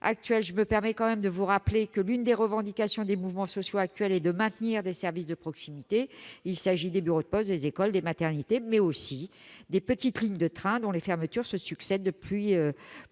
je me permets de vous rappeler que l'une des revendications des mouvements sociaux actuels est le maintien des services de proximité. Il s'agit des bureaux de poste, des écoles, des maternités, mais aussi des petites lignes de train, dont les fermetures se succèdent depuis plusieurs